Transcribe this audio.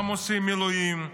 גם עושים מילואים,